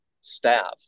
staff